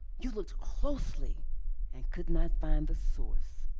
you looked closely and could not find the source.